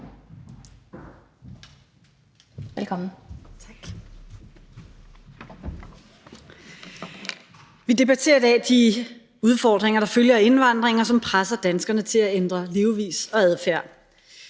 Vermund (NB): Vi debatterer i dag de udfordringer, der følger af indvandringen, og som presser danskerne til at ændre deres levevis og adfærd.